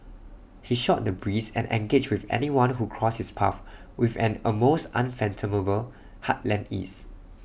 he shot the breeze and engaged with anyone who crossed his path with an almost unfathomable heartland ease